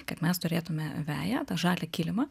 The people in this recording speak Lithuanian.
kad mes turėtume veją tą žalią kilimą